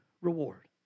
reward